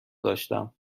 داشتم